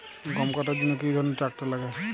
গম কাটার জন্য কি ধরনের ট্রাক্টার লাগে?